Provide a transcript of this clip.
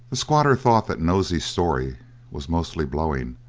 the squatter thought that nosey's story was mostly blowing,